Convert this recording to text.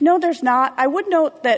no there is not i would know that